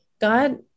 God